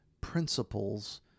principles